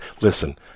listen